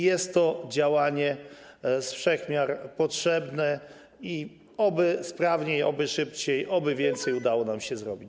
Jest to działanie ze wszech miar potrzebne i oby sprawniej, oby szybciej, oby więcej udało nam się zrobić.